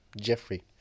Jeffrey